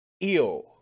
ill